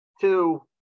two